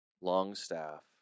Longstaff